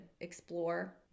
explore